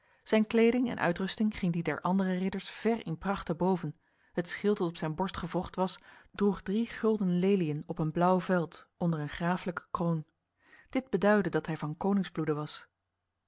zijn kleding en uitrusting ging die der andere ridders ver in pracht te boven het schild dat op zijn borst gewrocht was droeg drie gulden leliën op een blauw veld onder een graaflijke kroon dit beduidde dat hij van koningsbloede was